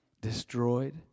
destroyed